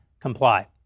comply